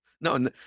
No